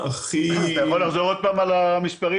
אתה יכול לחזור שוב על המספרים?